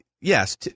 yes